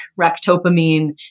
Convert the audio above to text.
ractopamine